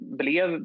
blev